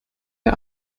der